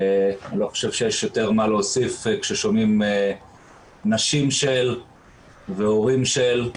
אני לא חושב שיש יותר מה להוסיף כששומעים נשים של והורים של,